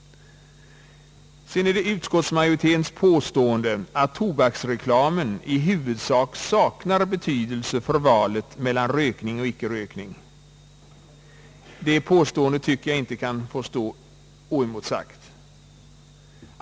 Utskottsmajoriteten påstår att tobaksreklamen i huvudsak saknar betydelse för valet mellan rökning och icke rökning. Det påståendet tycker jag inte skall få stå oemotsagt.